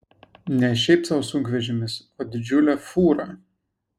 ne šiaip sau sunkvežimis o didžiulė fūra